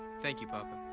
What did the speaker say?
thank you, papa.